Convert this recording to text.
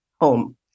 home